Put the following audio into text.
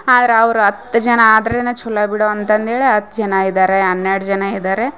ಆದರ ಅವ್ರು ಹತ್ತು ಜನ ಆದರೇನೆ ಛಲೋ ಬಿಡು ಅಂತದು ಹೇಳಿ ಹತ್ತು ಜನ ಇದ್ದಾರೆ ಹನ್ನೆರಡು ಜನ ಇದ್ದಾರೆ